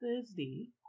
Thursday